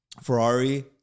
Ferrari